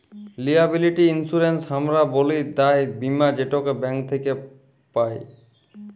liability insurance হামরা ব্যলি দায় বীমা যেটাকে ব্যাঙ্ক থক্যে পাই